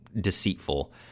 deceitful